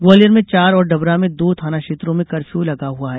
ग्वालियर में चार और डबरा में दो थाना क्षेत्रों में कर्फ्यू लगा हुआ है